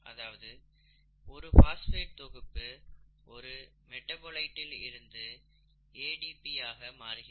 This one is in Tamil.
அதாவது ஒரு பாஸ்பேட் தொகுப்பு ஒரு மெடபோலைட்டில் இருந்து ADP ஆக மாறுகிறது